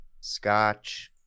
scotch